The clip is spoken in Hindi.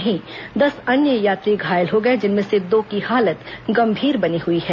वहीं दस अन्य यात्री घायल हो गए जिनमें से दो की हालत गंभीर बनी हुई है